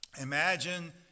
Imagine